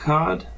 Card